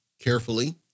carefully